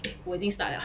我已经 start liao